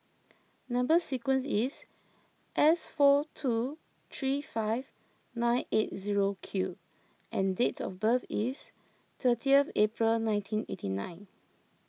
Number Sequence is S four two three five nine eight zero Q and dates of birth is thirtieth April nineteen eighty nine